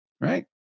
Right